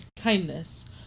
kindness